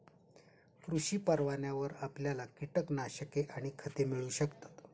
कृषी परवान्यावर आपल्याला कीटकनाशके आणि खते मिळू शकतात